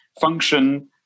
function